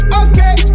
okay